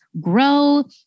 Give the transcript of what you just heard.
grow